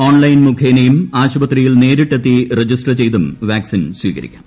online മുഖേനയും ആശുപത്രിയിൽ നേരിട്ടെത്തി രജിസ്റ്റർ ചെയ്തും വാക്സിൻ സ്വീകരിക്കാം